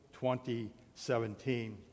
2017